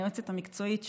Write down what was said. היועצת המקצועית שלי,